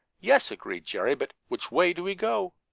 yes, agreed jerry, but which way do we go?